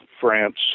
France